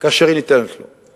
כאשר היא ניתנת לו.